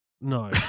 No